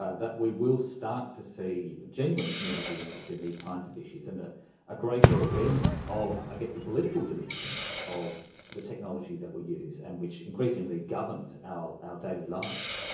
ah that we will start to see genuine community interest in these kinds of issues and a greater awareness of, i guess, the political dimensions of the technology that we use and which increasingly governs our our daily lives?